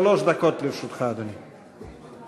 שלוש דקות לרשותך, אדוני.